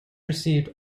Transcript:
received